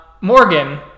Morgan